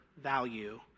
value